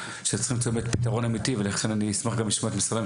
צריכים למצוא באמת פתרון אמיתי ולכן אני אשמח גם לשמוע את משרדי הממשלה,